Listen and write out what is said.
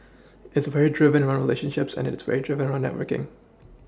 it's very driven around relationships and it's very driven around networking